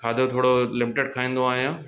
खाधो थोरो लिमेटेड खाईंदो आहियां